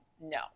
no